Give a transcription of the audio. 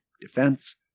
defense